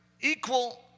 equal